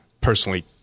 personally